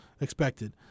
expected